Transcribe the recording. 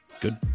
Good